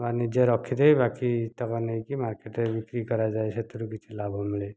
ନିଜେ ରଖିଦେଇ ବାକିତକ ନେଇକି ମାର୍କେଟ୍ରେ ବିକ୍ରି କରାଯାଏ ସେଥିରୁ କିଛି ଲାଭ ମିଳେ